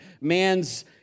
man's